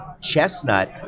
chestnut